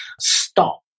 stop